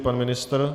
Pan ministr?